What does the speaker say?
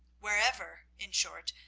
wherever, in short,